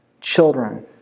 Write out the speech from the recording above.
children